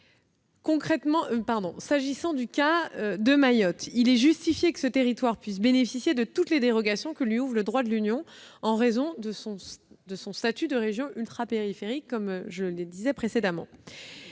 S'agissant de Mayotte, il est justifié que ce territoire puisse bénéficier de toutes les dérogations que lui ouvre le droit européen en raison de son statut de région ultrapériphérique de l'Union. Dans